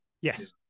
Yes